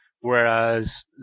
Whereas